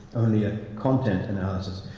only a content analysis.